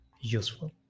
useful